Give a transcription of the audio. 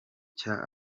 cya